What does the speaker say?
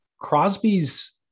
Crosby's